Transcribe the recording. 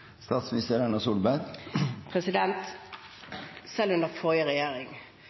statsminister Erna Solberg.